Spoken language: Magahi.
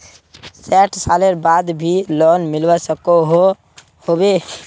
सैट सालेर बाद भी लोन मिलवा सकोहो होबे?